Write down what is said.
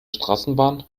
straßenbahn